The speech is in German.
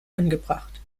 angebracht